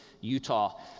Utah